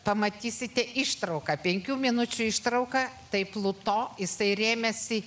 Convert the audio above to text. pamatysite ištrauką penkių minučių ištrauką tai pluto jisai rėmėsi